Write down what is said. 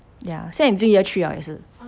ya 现在已经 year three liao 也是